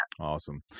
Awesome